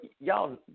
y'all